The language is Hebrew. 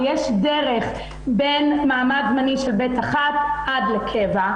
ויש דרך בין מעמד זמני של ב-1 עד לקבע,